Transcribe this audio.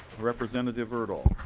representative urdahl.